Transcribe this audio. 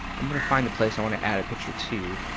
i'm gonna find the place i want to add a picture to.